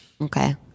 okay